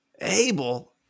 Abel